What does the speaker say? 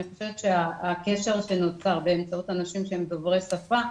אני חושבת שהקשר שנוצר באמצעות אנשים שהם דוברי שפה,